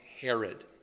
Herod